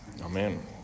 amen